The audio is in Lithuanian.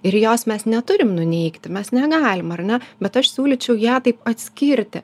ir jos mes neturim nuneigti mes negalim ar ne bet aš siūlyčiau ją taip atskirti